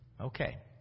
Okay